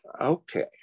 Okay